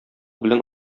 белән